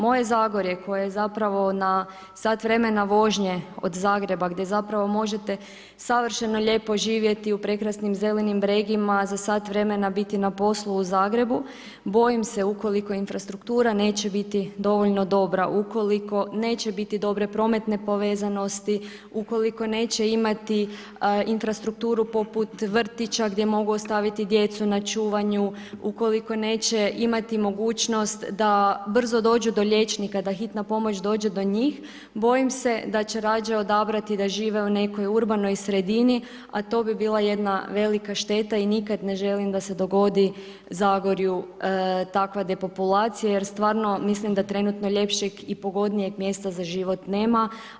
Moje Zagorje koje je zapravo na sat vremena vožnje od Zagreba, gdje zapravo možete savršeno lijepo živjeti u prekrasnim zelenim bregima, za sat vremena biti na poslu u Zagrebu, bojim se ukoliko infrastruktura neće biti dovoljno dobra, ukoliko neće biti dobre prometne povezanosti, ukoliko neće imati infrastrukturu poput vrtića gdje mogu ostaviti djecu na čuvanju, ukoliko neće imati mogućnost da brzo dođu do liječnika, da hitna pomoć dođe do njih, bojim se da će rađe odabrati da žive u nekoj urbanoj sredini, a to bi bila jedna velika šteta i nikad ne želim da se dogodi Zagorju takva depopulacija, jer stvarno mislim da trenutno ljepšeg i pogodnijeg mjesta za život nema.